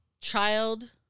child